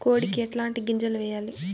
కోడికి ఎట్లాంటి గింజలు వేయాలి?